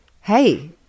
hey